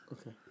Okay